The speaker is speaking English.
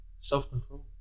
Self-control